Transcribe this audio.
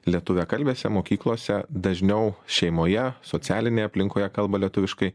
lietuviakalbėse mokyklose dažniau šeimoje socialinėje aplinkoje kalba lietuviškai